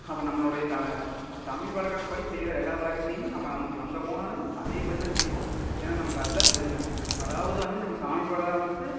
அப்புறம் நம்மளுடைய தமிழ் வழக்கத்து படி செய்யிற எல்லா பழக்கத்தையும் நம்ப அங்கே அங்கே போனாலுமே அதேபடிதான் செய்யிவோம் ஏன்னா நமக்கு அதுதான் பெருமை அதவாது வந்து நம்ப சாம்மி கும்புறதாக